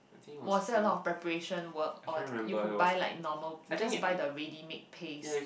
was there a lot of preparation work or you could buy like normal just buy the ready made paste